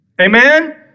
Amen